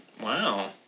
Wow